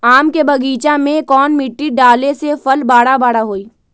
आम के बगीचा में कौन मिट्टी डाले से फल बारा बारा होई?